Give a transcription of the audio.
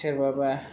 सोरबाबा